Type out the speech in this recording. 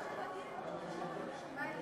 22 בעד.